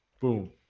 Boom